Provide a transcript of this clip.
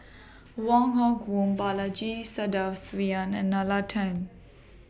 Wong Hock Boon Balaji Sadasivan and Nalla Tan